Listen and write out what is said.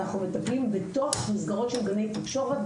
אנחנו מטפלים בתוך מסגרות של גני תקשורת,